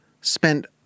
spent